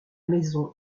maison